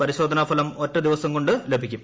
പരിശോധനാ ഫലം ഒറ്റദിവസം കൊണ്ട് ലഭിക്കും